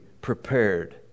prepared